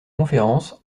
conférences